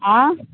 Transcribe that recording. आं